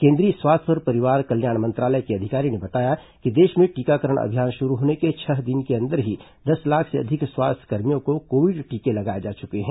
केंद्रीय स्वास्थ्य और परिवार कल्याण मंत्रालय के अधिकारी ने बताया कि देश में टीकाकरण अभियान शुरू होने के छह दिन के अंदर ही दस लाख से अधिक स्वास्थ्यकर्मियों को कोविड टीके लगाये जा चुके हैं